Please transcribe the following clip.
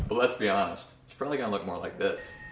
but let's be honest, it's probably gonna look more like this